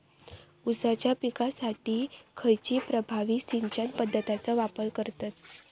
ऊसाच्या पिकासाठी खैयची प्रभावी सिंचन पद्धताचो वापर करतत?